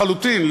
לחלוטין,